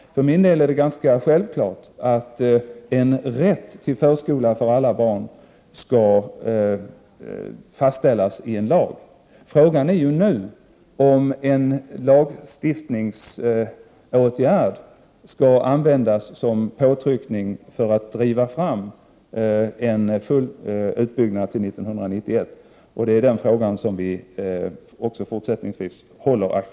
För min del är det ganska självklart att rätten till förskola för alla barn skall fastställas ilag. Frågan är nu om en lagstiftningsåtgärd skall vidtas som påtryckningsmedel för att få full utbyggnad till 1991. Den frågan kommer också fortsättningsvis att vara aktuell för oss.